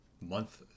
month